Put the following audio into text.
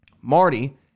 Marty